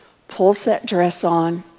pulls that dress on,